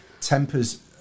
tempers